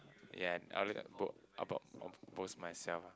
and I'll read a book about most myself ah